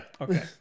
Okay